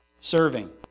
Serving